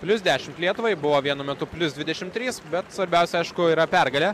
plius dešimt lietuvai buvo vienu metu plius dvidešimt trys bet svarbiausia aišku yra pergalė